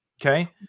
Okay